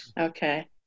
Okay